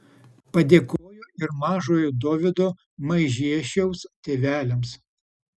padėkojo ir mažojo dovydo maižiešiaus tėveliams